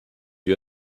wir